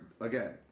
again